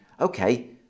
Okay